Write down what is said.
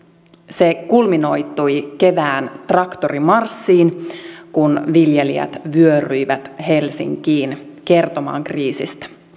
se kulminoitui kevään traktorimarssiin kun viljelijät vyöryivät helsinkiin kertomaan kriisistä